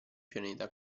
pianeta